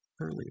earlier